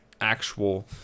actual